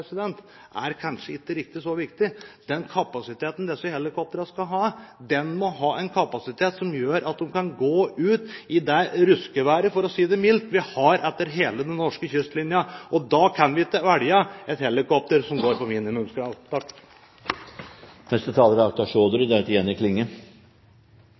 er kanskje ikke riktig så viktig. Den kapasiteten disse helikoptrene skal ha, må være en kapasitet som gjør at de kan gå ut i det ruskeværet, for å si det mildt, som vi har langs hele den norske kystlinjen. Da kan vi ikke velge et helikopter som går på minimumskrav. Når ting først er